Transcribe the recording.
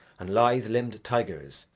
and lithe-limbed tigers,